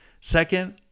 Second